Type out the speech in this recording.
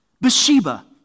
Bathsheba